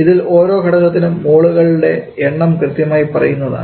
ഇതിൽ ഓരോ ഘടകത്തിനും മോളുകളുടെ എണ്ണം കൃത്യമായി പറയുന്നതാണ്